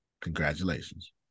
Congratulations